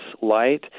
light